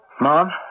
Mom